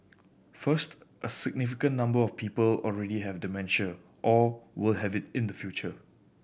first a significant number of people already have dementia or will have it in the future